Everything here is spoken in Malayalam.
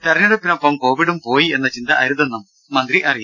തെരഞ്ഞെടുപ്പിനൊപ്പം കോവിഡും പോയി എന്ന ചിന്ത അരുതെന്നും മന്ത്രി പറഞ്ഞു